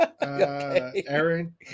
aaron